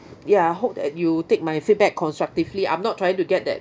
ya I hope that you take my feedback constructively I'm not trying to get that